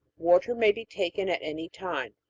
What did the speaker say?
water may be taken at any time.